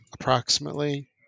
approximately